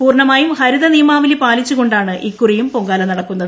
പൂർണ്ണമായും ഹരിത നിയമാവലി പാലിച്ചുകൊണ്ടാണ് ഇക്കുറിയും പൊങ്കാല നടക്കുന്നത്